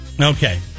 Okay